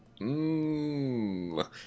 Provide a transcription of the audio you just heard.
mmm